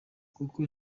kuko